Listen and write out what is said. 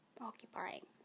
occupying